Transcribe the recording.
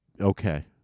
Okay